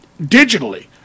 digitally